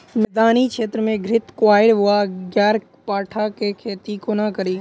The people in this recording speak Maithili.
मैदानी क्षेत्र मे घृतक्वाइर वा ग्यारपाठा केँ खेती कोना कड़ी?